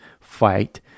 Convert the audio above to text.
fight